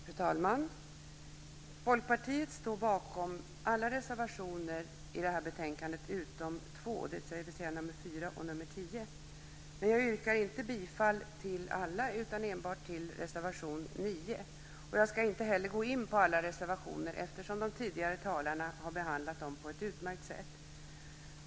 Fru talman! Folkpartiet står bakom alla reservationer i betänkandet utom två, dvs. nr 4 och nr 10. Men jag yrkar inte bifall till alla utan enbart till reservation 9. Jag ska inte heller gå in på alla reservationer eftersom de tidigare talarna har behandlat dem på ett utmärkt sätt.